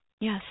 Yes